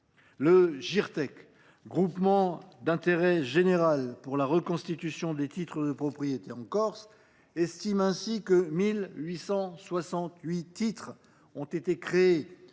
Le groupement d’intérêt général pour la reconstitution des titres de propriété en Corse estime ainsi que 1 868 titres ont été créés